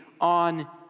on